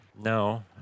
No